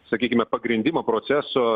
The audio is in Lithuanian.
sakykime pagrindimo proceso